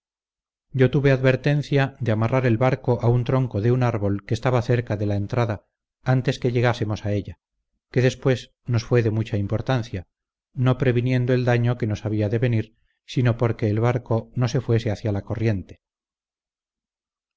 yo tuve advertencia de amarrar el barco a un tronco de un árbol que estaba cerca de la entrada antes que llegásemos a ella que después nos fue de mucha importancia no previniendo el daño que nos había de venir sino porque el barco no se fuese hacia la corriente